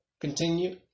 Continue